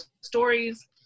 stories